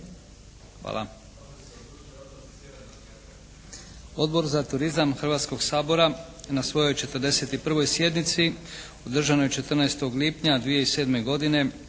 Hvala.